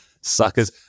suckers